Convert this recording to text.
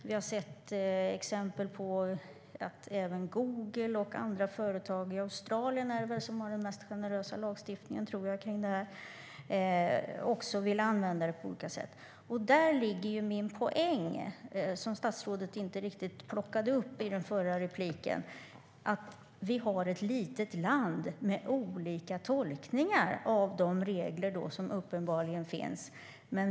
Vi har sett exempel på att även Google och andra företag också vill använda dem på olika sätt. Australien har väl den mest generösa lagstiftningen här, tror jag. Där ligger min poäng, som statsrådet inte riktigt plockade upp i det förra inlägget. Vi har ett litet land med olika tolkningar av de regler som uppenbarligen finns.